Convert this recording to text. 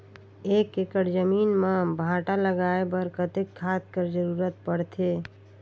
एक एकड़ जमीन म भांटा लगाय बर कतेक खाद कर जरूरत पड़थे?